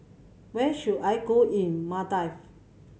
where should I go in Maldives